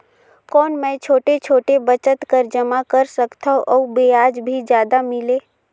कौन मै छोटे छोटे बचत कर जमा कर सकथव अउ ब्याज भी जादा मिले?